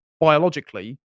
biologically